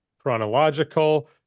Chronological